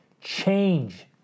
change